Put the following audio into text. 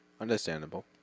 Understandable